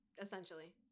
essentially